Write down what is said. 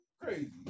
Crazy